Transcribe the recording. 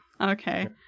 Okay